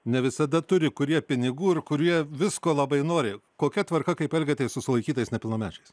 ne visada turi kurie pinigų ir kurie visko labai nori kokia tvarka kaip elgiatės su sulaikytais nepilnamečiais